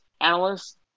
analysts